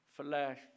flesh